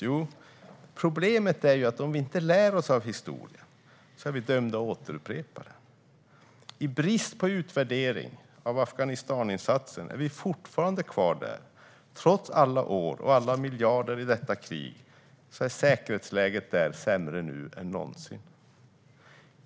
Jo, problemet är att om vi inte lär oss av historien är vi dömda att återupprepa den. I brist på utvärdering av Afghanistaninsatsen är vi fortfarande kvar där, och trots alla år och alla miljarder i detta krig är säkerhetsläget där sämre nu än någonsin.